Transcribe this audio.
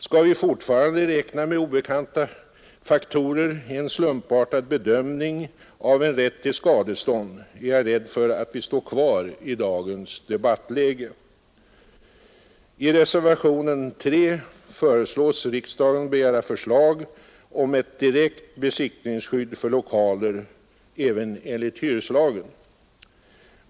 Skall vi fortfarande räkna med obekanta faktorer i en slumpartad bedömning av en rätt till skadestånd, är jag rädd för att vi står kvar i dagens debattläge. I reservationen 3 föreslås riksdagen begära förslag om ett direkt besittningsskydd för lokaler även enligt hyreslagen.